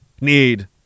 need